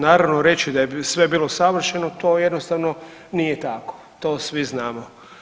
Naravno reći da je sve bilo savršeno to jednostavno nije tako, to svi znamo.